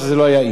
היה איש,